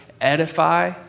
edify